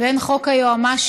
בין חוק היועמ"שים